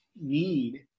need